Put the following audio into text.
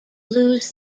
lose